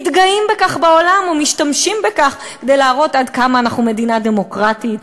מתגאים בכך בעולם ומשתמשים בכך כדי להראות עד כמה אנחנו מדינה דמוקרטית,